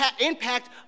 impact